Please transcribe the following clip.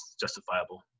justifiable